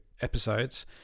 episodes